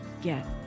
get